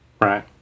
Right